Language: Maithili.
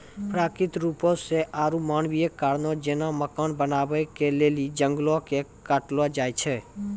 प्राकृतिक रुपो से आरु मानवीय कारण जेना मकान बनाबै के लेली जंगलो के काटलो जाय छै